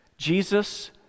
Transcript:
Jesus